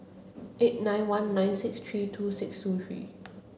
eight nine one nine six three two six two three